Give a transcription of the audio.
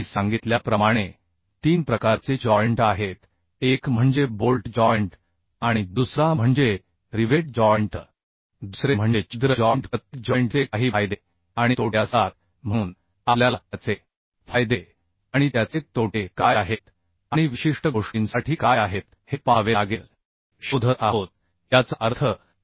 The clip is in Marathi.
मी सांगितल्याप्रमाणे तीन प्रकारचे जॉइंट आहेत एक म्हणजे बोल्ट जॉइंट आणि दुसरा म्हणजे रिवेट जॉइंट दुसरे म्हणजे छिद्र जॉइंट प्रत्येक जॉइंट चे काही फायदे आणि तोटे असतात म्हणून आपल्याला त्याचे फायदे आणि त्याचे तोटे काय आहेत आणि विशिष्ट गोष्टींसाठी काय आहेत हे पाहावे लागेल ज्या प्रकरणात आपण विशिष्ट घटका मध्ये सामील होणार आहोत तिथे आपल्याला कोणत्या प्रकारची रचना आहे हे माहित असणे आवश्यक आहे